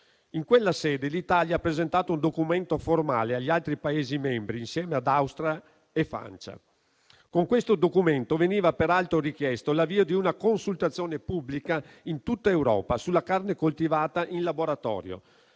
In quella sede, l'Italia ha presentato un documento formale agli altri Paesi membri, insieme ad Austria e Francia. Con questo documento veniva peraltro richiesto l'avvio di una consultazione pubblica in tutta Europa sulla carne coltivata in laboratorio